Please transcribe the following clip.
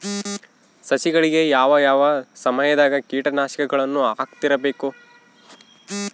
ಸಸಿಗಳಿಗೆ ಯಾವ ಯಾವ ಸಮಯದಾಗ ಕೇಟನಾಶಕಗಳನ್ನು ಹಾಕ್ತಿರಬೇಕು?